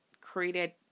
created